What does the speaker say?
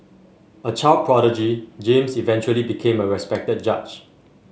a child prodigy James eventually became a respected judge